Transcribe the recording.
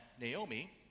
Naomi